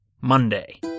Monday